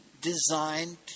designed